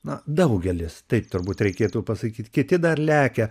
na daugelis taip turbūt reikėtų pasakyti kiti dar lekia